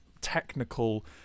technical